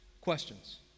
Questions